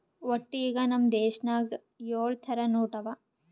ವಟ್ಟ ಈಗ್ ನಮ್ ದೇಶನಾಗ್ ಯೊಳ್ ಥರ ನೋಟ್ ಅವಾ